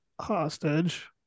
hostage